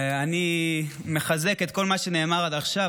אני מחזק את כל מה שנאמר עד עכשיו,